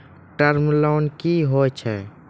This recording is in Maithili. टर्म लोन कि होय छै?